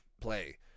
play